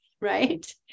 right